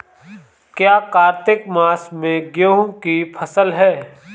क्या कार्तिक मास में गेहु की फ़सल है?